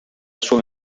sua